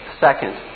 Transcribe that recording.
Second